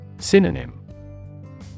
Synonym